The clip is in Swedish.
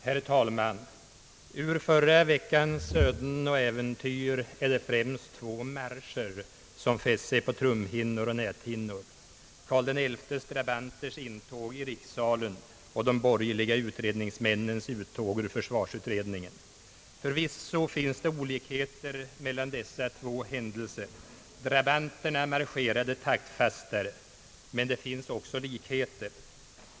Herr talman! Ur förra veckans öden och äventyr är det främst två marscher som fäst sig på trumhinnor och näthinnor — Karl XI:s drabanters intåg i rikssalen och de borgerliga utredningsmännens uttåg ur försvarsutred ningen. Förvisso finns det olikheter mellan dessa två händelser — drabanterna marscherade taktfastare — men det finns också likheter.